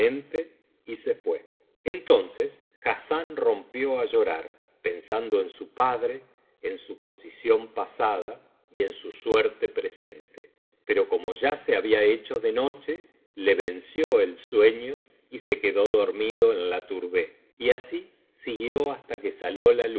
y se fué entonces hassán rompió á llorar pensando en su padre en su posición pasada y en su suerte presente pero como ya se había hecho de noche le venció el sueño y se quedó dormido en la tmirheh y así siguió hasta que salió la